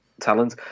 talent